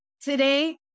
today